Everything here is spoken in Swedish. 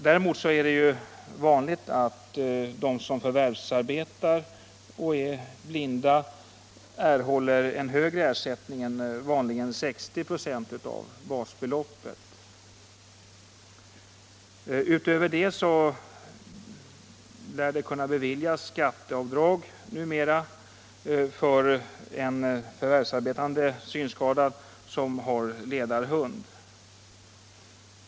Däremot är det vanligt att de som förvärvsarbetar och är blinda erhåller en högre ersättning, vanligen 60 24 av basbeloppet. Därutöver lär det numera kunna beviljas skatteavdrag för en förvärvsarbetande synskadad som har ledarhund.